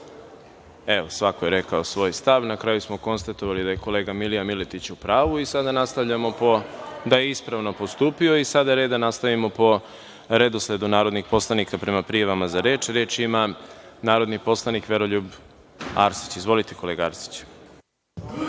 Jovanović. Svako je rekao svoj stav, na kraju smo konstatovali da je kolega Milija Miletić u pravu, da je ispravno postupio. Sada je red da nastavimo po redosledu narodnih narodnih poslanika prema prijavama za reč. Reč ima narodni poslanik Veroljub Arsić. Izvolite, kolega Arsiću.